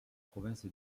province